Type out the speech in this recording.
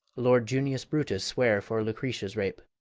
lord junius brutus sware for lucrece' rape